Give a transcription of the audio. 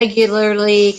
regularly